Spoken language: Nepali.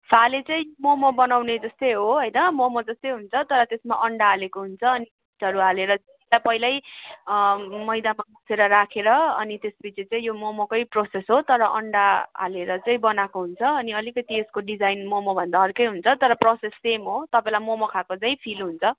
फाले चाहिँ मोमो बनाउने जस्तै हो होइन मोमो जस्तै हुन्छ तर त्यसमा अन्डा हालेको हुन्छ अनि इस्टहरू हालेर चाहिँ पहिलै मैदामा मुछेर राखेर अनि त्यस पिछे चाहिँ मोमो कै प्रोसेस हो तर अन्डा हालेर चाहिँ बनाएको हुन्छ अनि अलिकति यसको डिजाइन मोमो भन्दा अर्कै हुन्छ तर प्रोसेस सेम हो तपाईँलाई मोमो खाएको झै फिल हुन्छ